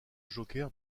joker